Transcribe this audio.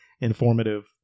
informative